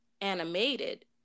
animated